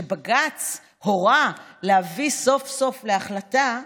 שבג"ץ הורה להביא סוף-סוף להחלטה שם,